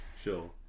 sure